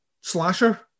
slasher